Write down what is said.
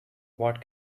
what